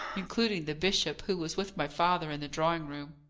including the bishop who was with my father in the drawing-room.